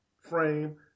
frame